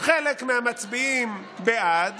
חלק מהמצביעים בעד